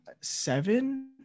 seven